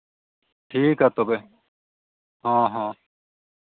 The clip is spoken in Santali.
ᱴᱷᱤᱠ ᱜᱮᱭᱟ ᱛᱚᱵᱮ ᱦᱮᱸ ᱦᱮᱸ